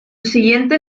siguiente